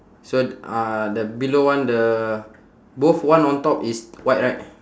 so uh the below one the both one on top is white right